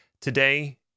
today